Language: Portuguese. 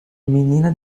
menina